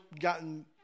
gotten